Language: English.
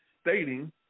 stating